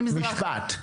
משפט,